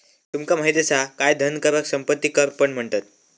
तुमका माहित असा काय धन कराक संपत्ती कर पण म्हणतत?